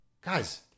guys